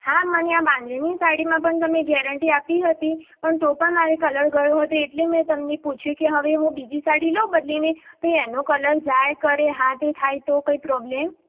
હા તમે મને આ બાંધણીની સાડીમાં પણ તમે ગેરંટી આપી હતી પણ તો પણ મારે કલર ગયો હતો એટલે મેં તમને પૂછ્યું કે હવે હું બીજી સાડી લઉં બદલીને તો એનો કલર જાય કરે હા તે થાય કરે તો કંઈ પ્રોબ્લેમ